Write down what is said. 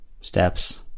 steps